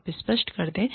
आप स्पष्ट कर दें